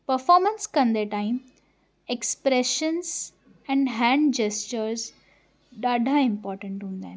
performance कंदे time expressions and hand gestures ॾाढा important हूंदा आहिनि